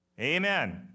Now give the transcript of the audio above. Amen